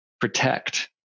protect